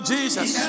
Jesus